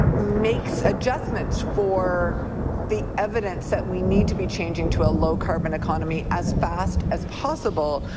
makes adjustments for the evidence that we need to be changing to a low carbon economy as fast as possible,